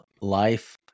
life